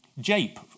Jape